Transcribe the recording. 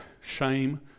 shame